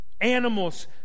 animals